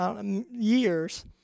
years